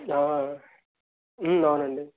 అవునండీ